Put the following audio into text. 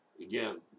again